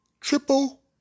Triple